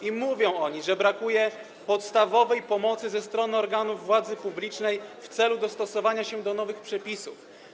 I mówią oni, że brakuje podstawowej pomocy ze strony organów władzy publicznej w celu dostosowania się do nowych przepisów.